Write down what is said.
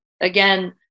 again